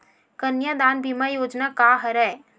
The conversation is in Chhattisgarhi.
कन्यादान बीमा योजना का हरय?